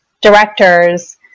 directors